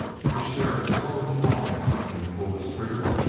but the sheriff was already falling when he pulled his trigger,